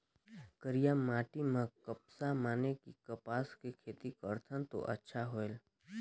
करिया माटी म कपसा माने कि कपास के खेती करथन तो अच्छा होयल?